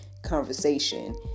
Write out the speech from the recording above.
conversation